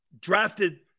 Drafted